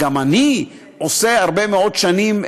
גם אני עושה הרבה מאוד שנים,